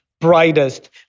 brightest